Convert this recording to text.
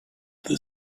the